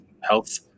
health